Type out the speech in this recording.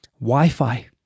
Wi-fi